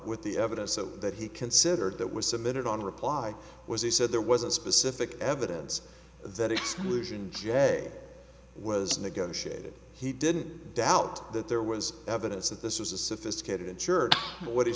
with the evidence so that he considered that was submitted on a reply was he said there was a specific evidence that exclusion j was negotiated he didn't doubt that there was evidence that this was a sophisticated insured what he